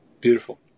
Beautiful